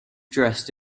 dressed